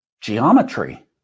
Geometry